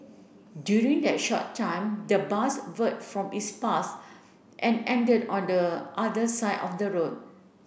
during that short time the bus veered from its path and ended on the other side of the road